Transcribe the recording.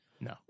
no